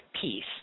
peace